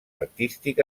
artístic